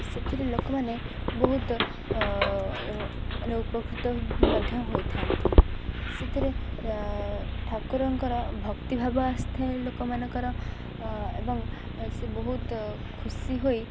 ସେଥିରେ ଲୋକମାନେ ବହୁତ ମାନେ ଉପକୃତ ମଧ୍ୟ ହୋଇଥାନ୍ତି ସେଥିରେ ଠାକୁରଙ୍କର ଭକ୍ତିଭାବ ଆସିଥାଏ ଲୋକମାନଙ୍କର ଏବଂ ସେ ବହୁତ ଖୁସି ହୋଇ